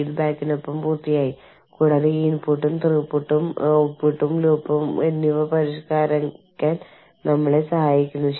നിങ്ങൾ ഒരു രാജ്യത്താണ് പ്രവർത്തിക്കുന്നതെങ്കിൽ നിങ്ങളുടെ രാജ്യത്തെ കുറിച്ച് ഒരു അറിവും ഇല്ലാത്ത മറ്റൊരു രാജ്യത്ത് ഇരിക്കുന്ന ഒരാൾ നിങ്ങൾ എന്താണ് ചെയ്യേണ്ടതെന്ന് പറഞ്ഞുതരാൻ നിങ്ങൾ ആഗ്രഹിക്കുന്നില്ല